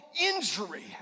injury